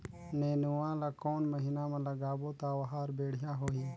नेनुआ ला कोन महीना मा लगाबो ता ओहार बेडिया होही?